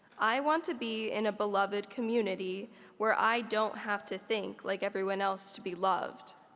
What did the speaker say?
i want to be in a beloved community where i don't have to think like everyone else to be loved,